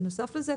בנוסף לזה,